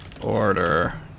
order